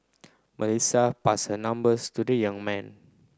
Melissa pass her numbers to the young man